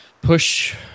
push